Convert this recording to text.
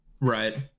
Right